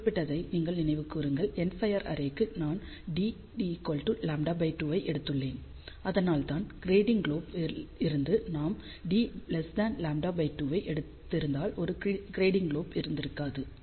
நான் குறிப்பிட்டதை நினைவு கூருங்கள் எண்ட்ஃபயர் அரே க்கு நான் dλ2 ஐ எடுத்துள்ளேன் அதனால்தான் க்ரெடிங்க் லோப் இருந்தது நாம் dλ2 ஐ எடுத்திருந்தால் ஒரு க்ரெடிங்க் லோப் இருந்திருக்காது